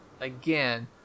Again